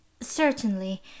Certainly